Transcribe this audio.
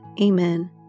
Amen